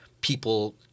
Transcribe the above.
people